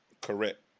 Correct